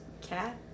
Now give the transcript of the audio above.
cat